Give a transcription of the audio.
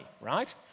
right